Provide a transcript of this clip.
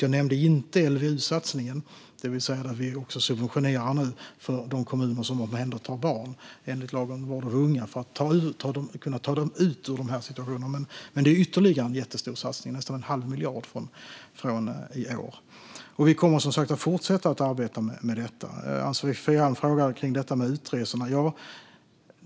Jag nämnde inte LVU-satsningen, där vi nu subventionerar de kommuner som omhändertar barn enligt lagen om vård av unga för att kunna ta dem ut ur situationen. Det är ytterligare en jättestor satsning, nästan en halv miljard från i år, och vi kommer som sagt att fortsätta att arbeta med detta. Ann-Sofie Alm frågade om utresorna.